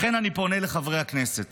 לכן אני פונה לחברי הכנסת